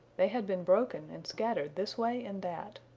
they had been broken and scattered this way and that.